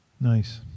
Nice